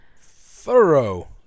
Thorough